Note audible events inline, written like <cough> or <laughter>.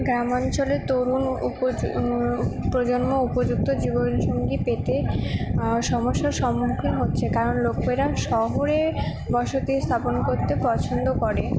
গ্রাম অঞ্চলে তরুণ <unintelligible> প্রজন্ম উপযুক্ত জীবনসঙ্গী পেতে সমস্যার সম্মুখীন হচ্ছে কারণ লোকেরা শহরে বসতি স্থাপন করতে পছন্দ করে